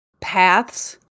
paths